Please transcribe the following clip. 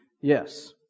Yes